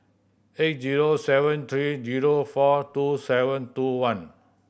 eight zero seven three zero four two seven two one